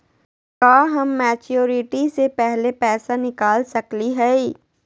का हम मैच्योरिटी से पहले पैसा निकाल सकली हई?